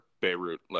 Beirut